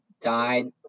died